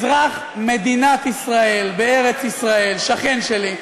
אזרח מדינת ישראל בארץ-ישראל, שכן שלי.